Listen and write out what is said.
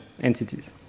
entities